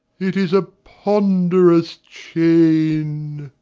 it is a ponderous chain!